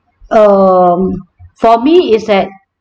um for me is that